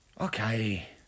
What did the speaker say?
Okay